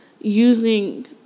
using